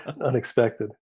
unexpected